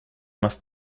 más